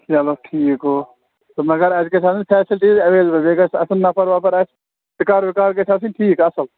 چلو ٹھیٖک گوٚو تہٕ مگر اَسہِ گژھِ آسٕنۍ فیسَلٹیٖز ایٚویلیبُل بیٚیہِ گژھِ آسُن نَفَر وَفر اَسہِ شِکار وِکار گژھِ آسٕنۍ ٹھیٖک اَصٕل